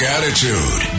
Attitude